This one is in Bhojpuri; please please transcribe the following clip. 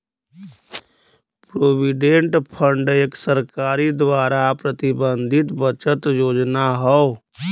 प्रोविडेंट फंड एक सरकार द्वारा प्रबंधित बचत योजना हौ